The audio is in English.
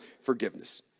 forgiveness